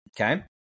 okay